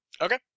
Okay